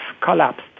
collapsed